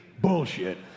bullshit